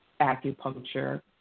acupuncture